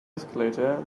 escalator